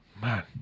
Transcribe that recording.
man